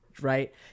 right